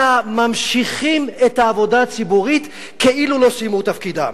אלא ממשיכים את העבודה הציבורית כאילו לא סיימו תפקידם.